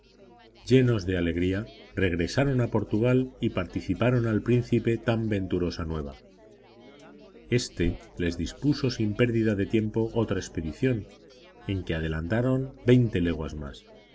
llenos de alegría regresaron a portugal y participaron al príncipe tan venturosa nueva éste les dispuso sin pérdida de tiempo otra expedición en que adelantaron veinte leguas más